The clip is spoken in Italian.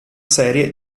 serie